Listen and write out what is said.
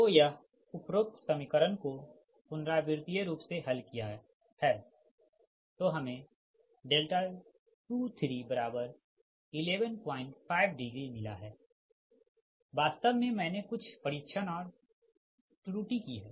तोयह उपरोक्त समीकरण को पुनरावृतिय रूप से हल किया है तो हमें 23115मिला है वास्तव में मैंने कुछ परीक्षण और त्रुटि की है